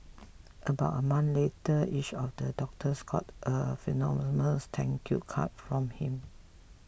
about a month later each of the doctors got a posthumous thank you card from him